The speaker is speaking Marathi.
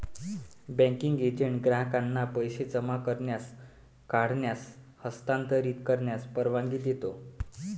बँकिंग एजंट ग्राहकांना पैसे जमा करण्यास, काढण्यास, हस्तांतरित करण्यास परवानगी देतो